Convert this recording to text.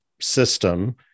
system